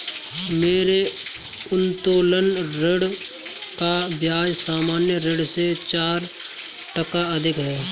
मेरे उत्तोलन ऋण का ब्याज सामान्य ऋण से चार टका अधिक है